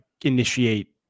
initiate